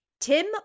tim